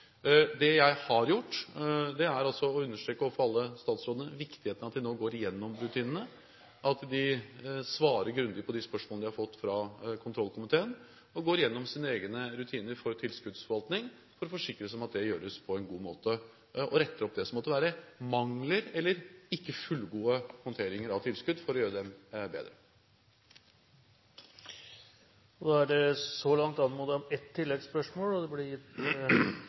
Det jeg har gjort, er å understreke overfor alle statsrådene viktigheten av at de nå går gjennom rutinene, at de svarer grundig på de spørsmålene de har fått fra kontrollkomiteen, og går gjennom sine egne rutiner for tilskuddsforvaltning for å forsikre seg om at det gjøres på en god måte, og retter opp det som måtte være mangler – eller ikke fullgode håndteringer av tilskudd – for å gjøre dem bedre. Det blir gitt anledning til oppfølgingsspørsmål – først representanten Anders Anundsen. Jeg vil konsentrere spørsmålet mitt om kun habilitet, for der er det